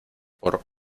por